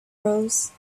rose